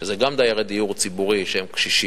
שגם זה דיירי דיור ציבורי, שהם קשישים,